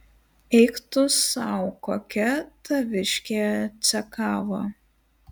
eik tu sau kokia taviškė cekava